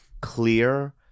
clear